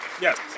yes